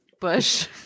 Bush